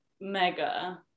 mega